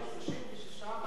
חודשים.